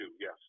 yes